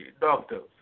doctors